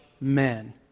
men